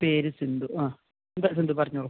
പേര് സിന്ധു ആ എന്താ സിന്ധു പറഞ്ഞോളൂ